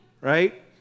Right